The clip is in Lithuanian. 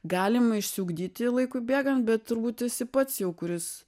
galim išsiugdyti laikui bėgant bet turbūt esi pats jau kuris